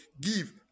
give